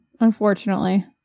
Unfortunately